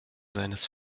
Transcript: seines